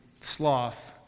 sloth